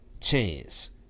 Chance